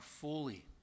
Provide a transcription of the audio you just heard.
fully